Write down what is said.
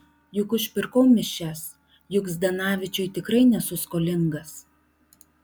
juk užpirkau mišias juk zdanavičiui tikrai nesu skolingas